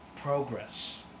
Progress